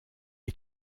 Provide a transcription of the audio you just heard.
est